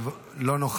יופי, תודה.